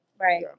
Right